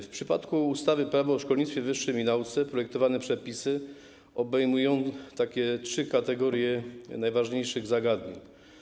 W przypadku ustawy - Prawo o szkolnictwie wyższym i nauce projektowane przepisy obejmują trzy kategorie najważniejszych zagadnień.